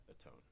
atone